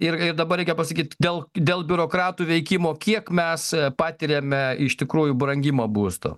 ir dabar reikia pasakyt dėl dėl biurokratų veikimo kiek mes patiriame iš tikrųjų brangimą būsto